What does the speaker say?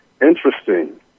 Interesting